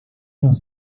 los